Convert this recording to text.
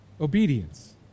Obedience